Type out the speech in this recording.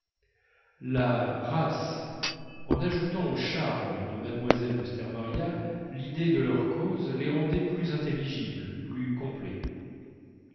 la race en ajoutant aux charmes de mlle de stermaria l'idée de leur cause les rendait plus intelligibles plus complets